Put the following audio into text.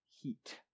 heat